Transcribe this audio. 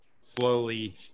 slowly